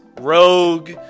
rogue